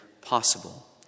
possible